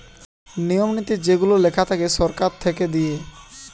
নিয়ম নীতি যেগুলা লেখা থাকে সরকার থেকে দিয়ে